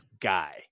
guy